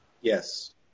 Yes